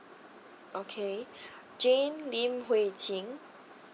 okay jane lim hui qing